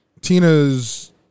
Tina's